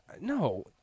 no